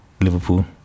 Liverpool